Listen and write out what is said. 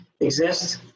Exist